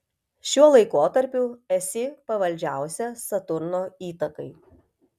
šiuo laikotarpiu esi pavaldžiausia saturno įtakai